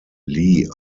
lee